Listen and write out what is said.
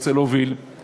שעברו עבירה שיש עמה קלון.